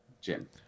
Jim